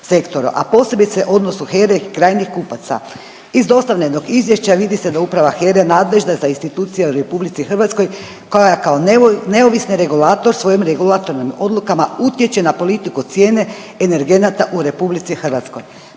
a posebice u odnosu HERA-e i krajnjih kupaca. Iz dostavljenog izvješća vidi se da Uprava HERA-e nadležna za institucije u RH koja je kao neovisni regulator svojim regulatornim odlukama utječe na politiku cijene energenata u RH. Pa vas ja